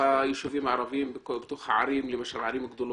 היישובים הערביים ובתוך הערים הגדולות.